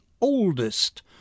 oldest